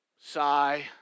Sigh